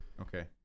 Okay